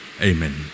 Amen